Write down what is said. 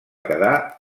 quedar